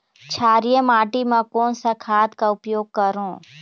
क्षारीय माटी मा कोन सा खाद का उपयोग करों?